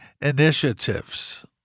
initiatives